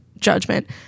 judgment